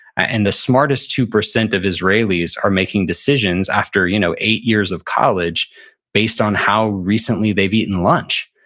and the smartest two percent of israelis are making decisions after you know eight years of college based on how recently they've eaten lunch.